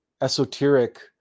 esoteric